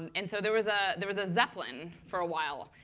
and so there was ah there was a zeppelin for a while.